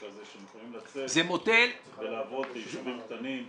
הקטע הזה שהם יכולים לצאת ולעבוד ביישובים קטנים,